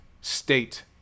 state